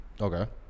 Okay